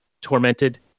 tormented